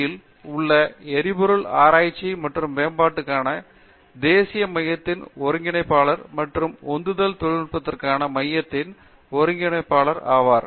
யில் உள்ள எரிபொருள் ஆராய்ச்சி மற்றும் மேம்பாட்டுக்கான தேசிய மையத்தின் ஒருங்கிணைப்பாளர் மற்றும் உந்துதல் தொழில்நுட்பத்திற்கான மையத்தின் ஒருங்கிணைப்பாளர் ஆவார்